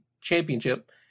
Championship